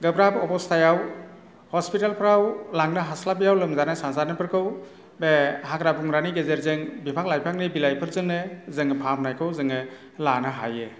गोब्राब अब'स्थायाव हसपिटालफ्राव लांनो हास्लाबियाव लोमजानाय साजानायफोरखौ बे हाग्रा बंग्रानि गेजेरजों बिफां लाइफांफोरनि बिलाइफोरजोंनो जों फाहामनायखौ जोङो लानो हायो